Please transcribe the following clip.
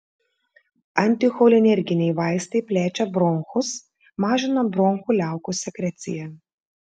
anticholinerginiai vaistai plečia bronchus mažina bronchų liaukų sekreciją